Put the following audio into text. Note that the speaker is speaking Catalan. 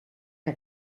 que